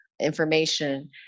information